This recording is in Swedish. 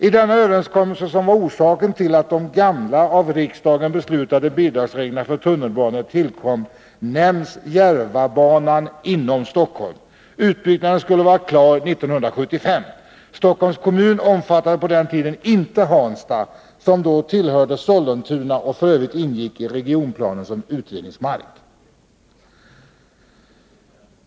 I denna överenskommelse, som var orsaken till att de gamla av riksdagen beslutade bidragsreglerna för tunnelbanor tillkom, nämns Järvabanan inom Stockholm. Utbyggnaden skulle vara klar 1975. Stockholms kommun omfattade på den tiden inte Hansta, som då tillhörde Sollentuna och f. ö. ingick i regionplanen som utredningsmark.